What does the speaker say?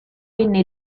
venne